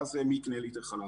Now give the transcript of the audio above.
ואז, מי יקנה ליטר חלב?